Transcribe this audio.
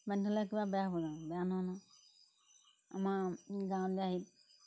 বান্ধি থ'লে কিবা বেয়া হ'ব জানো বেয়া নহয় নহয় আমাৰ গাঁৱলীয়া হেৰি